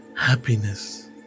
happiness